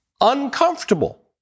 uncomfortable